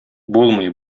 булмый